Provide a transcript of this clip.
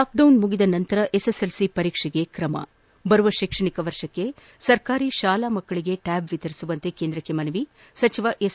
lockdown ಮುಗಿದ ನಂತರ SSLC ಪರೀಕ್ಷೆಗೆ ತ್ರಮ ಬರುವ ಶೈಕ್ಷಣಿಕ ವರ್ಷಕ್ಕೆ ಸರ್ಕಾರಿ ಶಾಲಾ ಮಕ್ಕಳಿಗೆ ಟ್ವಾಬ್ ವಿತರಿಸುವಂತೆ ಕೇಂದ್ರಕ್ಷೆ ಮನವಿ ಸಚಿವ ಎಸ್